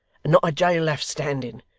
and not a jail left standing!